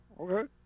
okay